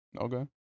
okay